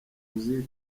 buvuzi